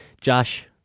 Josh